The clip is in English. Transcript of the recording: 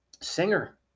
singer